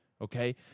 okay